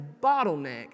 bottleneck